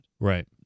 Right